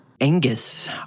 Angus